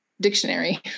dictionary